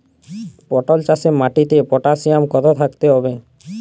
পটল চাষে মাটিতে পটাশিয়াম কত থাকতে হবে?